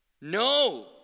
No